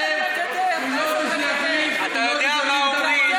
הוא לא זה שיחליט,